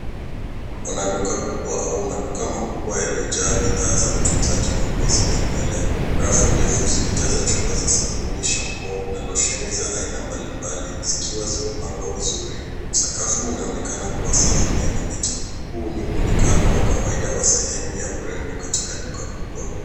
Kuna duka kubwa au maduka makubwa yaliyojaa bidhaa za utunzaji wa ngozi na nywele. Rafu ndefu zimejaza chupa za sabuni, shampoo, na lotion za aina mbalimbali zikiwa zimepangwa vizuri. Sakafu inaonekana kua safi na inameta, huu ni mwonekano wa kawaida ya sehemu ya urembo katika duka kubwa.